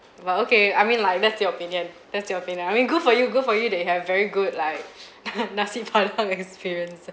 but okay I mean like that's your opinion that's your opinion I mean good for you good for you that you have very good like (uh huh) nasi padang experiences